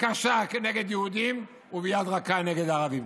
קשה כנגד יהודים וביד רכה נגד ערבים.